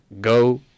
Go